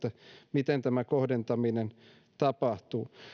miten tämä kohdentaminen tapahtuu